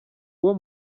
uwo